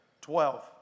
Twelve